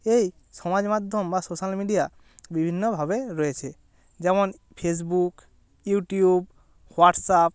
এই সমাজ মাধ্যম বা সোশ্যাল মিডিয়া বিভিন্নভাবে রয়েছে যেমন ফেসবুক ইউটিউব হোয়াটসআপ